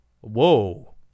whoa